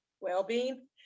well-being